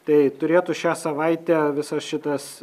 tai turėtų šią savaitę visas šitas